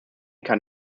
kann